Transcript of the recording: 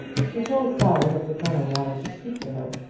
she told clara that the colonel wanted to speak to her.